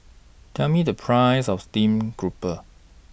Tell Me The Price of Steamed Grouper